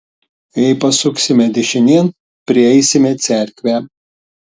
jei pasuksime dešinėn prieisime cerkvę